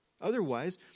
Otherwise